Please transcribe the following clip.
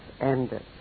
ended